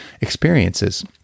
experiences